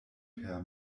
per